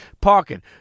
parking